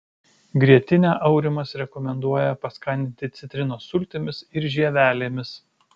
grietinę aurimas rekomenduoja paskaninti citrinos sultimis ir žievelėmis